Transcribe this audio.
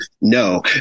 No